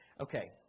Okay